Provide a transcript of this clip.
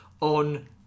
on